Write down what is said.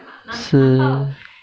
是